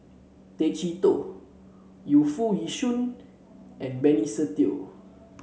Tay Chee Toh Yu Foo Yee Shoon and Benny Se Teo